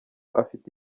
afite